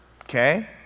Okay